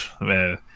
Man